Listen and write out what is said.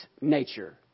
nature